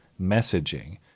messaging